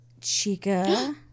Chica